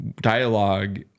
dialogue